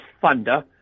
Thunder